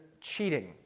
cheating